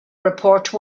report